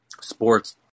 sports